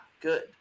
good